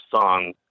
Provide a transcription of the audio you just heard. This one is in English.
song